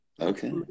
Okay